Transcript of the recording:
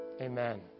Amen